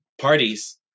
parties